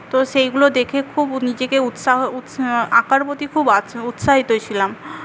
তো সেইগুলো দেখে খুব নিজেকে উৎসাহ উৎ আঁকার প্রতি খুব আত উৎসাহিত ছিলাম